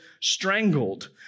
strangled